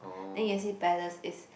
then Yan Xi-Palace is